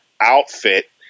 outfit